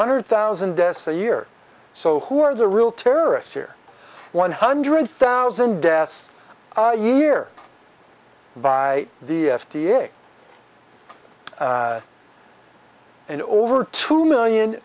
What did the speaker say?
hundred thousand deaths a year so who are the real terrorists here one hundred thousand deaths a year by the f d a and over two million